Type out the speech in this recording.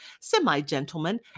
semi-gentlemen